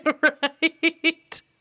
Right